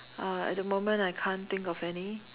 uh at the moment I can't think of any